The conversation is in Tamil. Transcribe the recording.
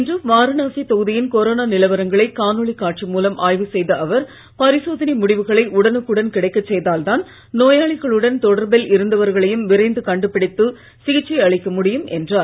இன்று வாரணாசி தொகுதியின் கொரோனா நிலவரங்களை காணொளி காட்சி மூலம் ஆய்வு செய்த அவர் பரிசோதனை முடிவுகளை உடனுக்குடன் கிடைக்கச் செய்தால்தான் நோயாளிகளுடன் தொடர்பில் இருந்தவர்களையும் விரைந்து கண்டுபிடித்து சிகிச்சை அளிக்க முடியும் என்றார்